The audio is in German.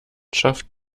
schafft